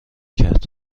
کرد